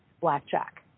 Blackjack